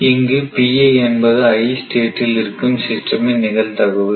இங்கு என்பது i state இல் இருக்கும் சிஸ்டம் இன் நிகழ்தகவு